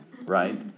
right